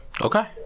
Okay